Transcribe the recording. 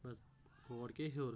بس کھوڈ کیٛاہ ہیٛور